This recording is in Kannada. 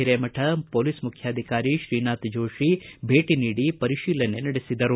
ಹಿರೇಮಠ ಪೊಲೀಸ್ ಮುಖ್ಯಾಧಿಕಾರಿ ಶ್ರೀನಾಥ್ ಜೋಷಿ ಭೇಟಿ ನೀಡಿ ಪರಿಶೀಲನೆ ನಡೆಸಿದರು